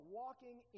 walking